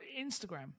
Instagram